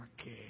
okay